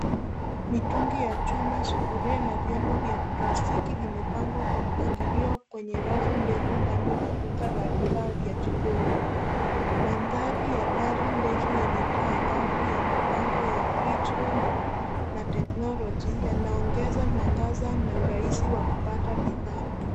Mitungi ya chuma, sufuria na vyombo vya plastiki vimepangwa kwa mpangilio, kwenye rafu ndefu ndani la duka la vifaa vya jikoni .mandhari ya dari ndefu yenye taa angavu ya mabango ya fridge home ,na technology yanaongeza mwangaza na urahisi wa kupata bidhaa.